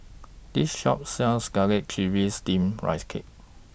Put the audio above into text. This Shop sells Garlic Chives Steamed Rice Cake